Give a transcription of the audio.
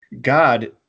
God